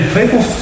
people